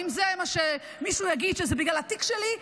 אם מישהו יגיד שזה בגלל התיק שלי,